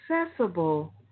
accessible